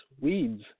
weeds